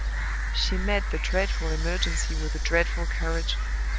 she met the dreadful emergency with a dreadful courage,